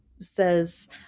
says